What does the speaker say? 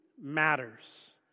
matters